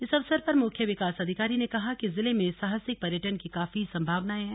इस अवसर पर मुख्य विकास अधिकारी ने कहा कि जिले में साहसिक पर्यटन की काफी संभावनाएं हैं